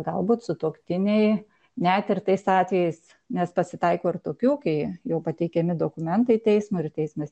galbūt sutuoktiniai net ir tais atvejais nes pasitaiko ir tokių kai jau pateikiami dokumentai teismui ir teismas